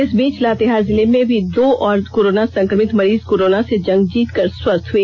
इस बीच लातेहार जिले में भी दो और कोरोना संक्रमित मरीज कोरोना से जंग जीत कर स्वस्थ हए